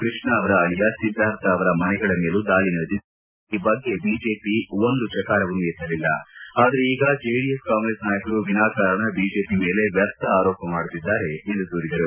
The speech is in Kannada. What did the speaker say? ಕೃಷ್ಣ ಅವರ ಅಳಿಯ ಸಿದ್ದಾರ್ಥ ಅವರ ಮನೆಗಳ ಮೇಲೂ ದಾಳಿ ನಡೆದಿದ್ದು ಆಗ ಈ ಬಗ್ಗೆ ಬಿಜೆಪಿ ಒಂದು ಚಕಾರವನ್ನು ಎತ್ತಲಿಲ್ಲ ಆದರೆ ಈಗ ಜೆಡಿಎಸ್ ಕಾಂಗ್ರೆಸ್ ನಾಯಕರು ವಿನಾಕಾರಣ ಬಜೆಪಿ ಮೇಲೆ ವ್ಯರ್ಥ ಆರೋಪ ಮಾಡುತ್ತಿದ್ದಾರೆ ದೂರಿದರು